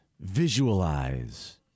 Visualize